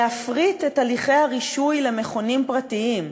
להפריט את הליכי הרישוי למכונים הפרטיים?